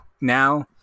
now